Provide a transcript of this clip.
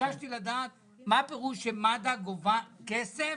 וביקשתי לדעת מה זה שמד"א גובה כסף